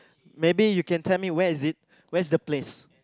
maybe you can tell me where is it where's the place